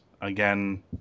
again